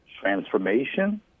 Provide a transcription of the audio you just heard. transformation